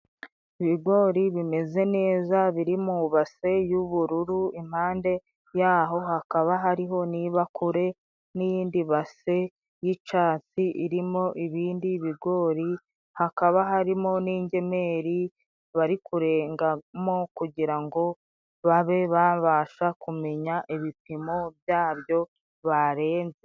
Ibigori bimeze neza, biri mu base y'ubururu. Impande yaho hakaba hariho n'ibakure n'iyindi base y'icatsi, irimo ibindi bigori. Hakaba harimo n'ingemeri barikungamo, kugira ngo babe babasha kumenya ibipimo byabyo barenze.